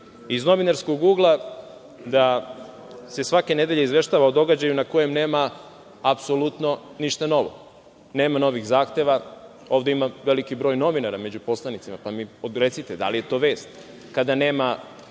novinarskog ugla, da se svake nedelje izveštava o događaju na kojem nema apsolutno ništa novo, nema novih zahteva, ovde ima veliki broj novinara među poslanicima, pa mi recite da li je to vest, kada nemate